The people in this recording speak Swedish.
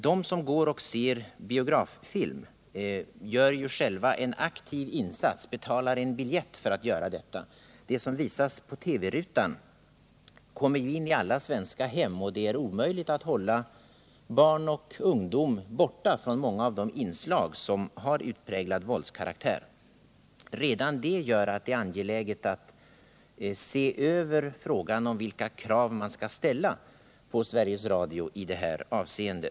De som går och ser biograffilm gör ju själva en aktiv insats, bl.a. genom att betala en biljett. Det som visas på TV-rutan kommer in i alla svenska hem, och det är omöjligt att hålla barn och ungdom borta från de inslag som har utpräglad våldskaraktär. Redan det gör att det är angeläget att se över frågan vilka krav man bör ställa på Sveriges Radio i detta avseende.